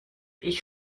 ich